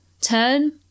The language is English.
turn